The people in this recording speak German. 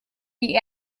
die